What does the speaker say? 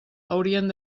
haurien